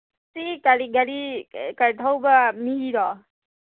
ꯁꯤ ꯀꯔꯤ ꯒꯥꯔꯤ ꯊꯧꯕ ꯃꯤꯔꯣ